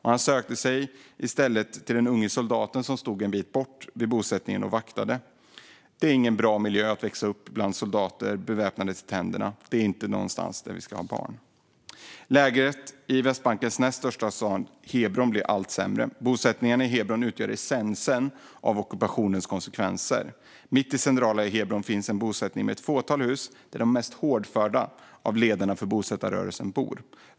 Han sökte sig i stället till den unge soldaten som stod en bit bort vid bosättningen och vaktade. Det är ingen bra miljö att växa upp bland soldater beväpnade till tänderna. Det är inte ett ställe där det ska vara barn. Läget i Västbankens näst största stad Hebron blir allt sämre. Bosättningarna i Hebron utgör essensen av ockupationens konsekvenser. Mitt i centrala Hebron finns det en bosättning med ett fåtal hus där de mest hårdföra ledarna för bosättarrörelsen bor.